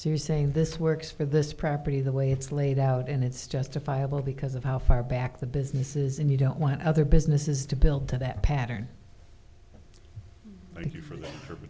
serious saying this works for this property the way it's laid out and it's justifiable because of how far back the business is in you don't want other businesses to build to that pattern